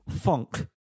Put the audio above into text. funk